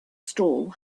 stall